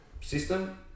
system